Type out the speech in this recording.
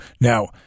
Now